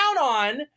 on